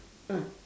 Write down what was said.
ah